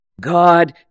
God